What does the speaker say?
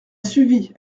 suivie